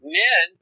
men